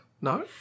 no